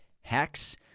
Hacks